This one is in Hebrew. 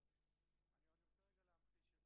"(ד)על בקשה להיתר, היתר ובעל היתר לפי סעיף זה,